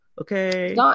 okay